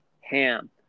ham